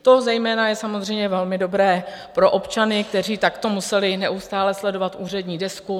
To zejména je samozřejmě velmi dobré pro občany, kteří takto museli neustále sledovat úřední desku.